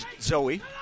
Zoe